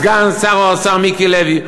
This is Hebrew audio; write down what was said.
סגן שר האוצר מיקי לוי,